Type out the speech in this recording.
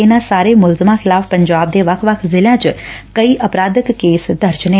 ਇਨੂਾਂ ਸਾਰੇ ਮੁਲਜੁਮਾਂ ਖਿਲਾਫ਼ ਪੰਜਾਬ ਦੇ ਵੱਖ ਵੱਖ ਜ਼ਿਲਿਆਂ ਵਿੱਚ ਕਈ ਅਪਰਾਧਿਕ ਕੇਸ ਦਰਜ ਨੇ